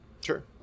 Sure